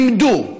למדו,